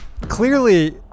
clearly